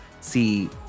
see